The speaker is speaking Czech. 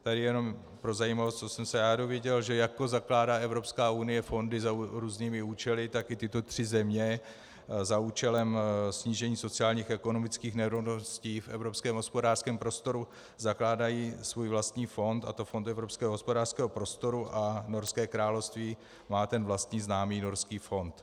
Tady jenom pro zajímavost, co jsem se já dozvěděl, že jako zakládá Evropská unie fondy za různými účely, tak i tyto tři země za účelem snížení sociálních a ekonomických nerovností v Evropském hospodářském prostoru zakládají svůj vlastní fond, a to Fond evropského hospodářského prostoru, a Norské království má ten vlastní známý Norský fond.